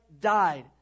died